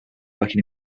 working